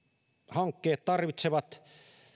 hankkeet tarvitsevat